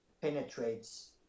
penetrates